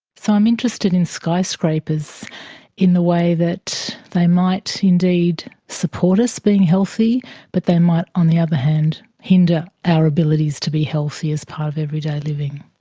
so i'm interested in skyscrapers in the way that they might indeed support us being healthy but they might on the other hand hinder our abilities to be healthy as part of everyday living.